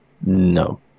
no